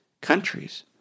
countries